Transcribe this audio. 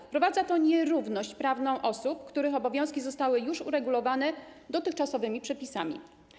Wprowadza to nierówność prawną osób, których obowiązki zostały już uregulowane dotychczasowymi przepisami.